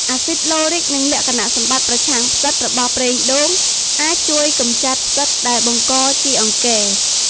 អាស៊ីតឡូរិក និងលក្ខណៈសម្បត្តិ ប្រឆាំងផ្សិត របស់ប្រេងដូង អាចជួយកម្ចាត់ផ្សិតដែលបង្កជាអង្គែ។